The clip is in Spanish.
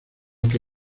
que